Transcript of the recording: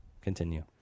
continue